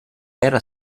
era